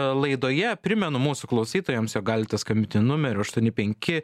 laidoje primenu mūsų klausytojams jog galite skambinti numeriu aštuoni penki